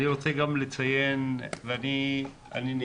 אני רוצה גם לציין, ואני ניטרלי,